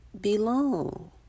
belong